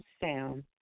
sound